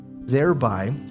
thereby